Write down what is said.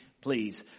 please